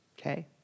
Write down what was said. okay